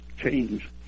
change